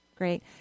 Great